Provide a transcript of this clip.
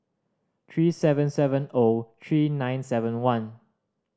three seven seven O three nine seven one